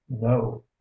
no